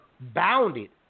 bounded